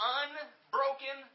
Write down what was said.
unbroken